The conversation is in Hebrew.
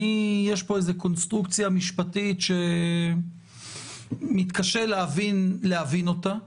שיש פה איזושהי קונסטרוקציה משפטית שאני מתקשה להבין אותה.